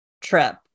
trip